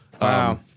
Wow